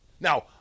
Now